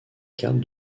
carte